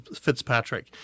Fitzpatrick